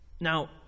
Now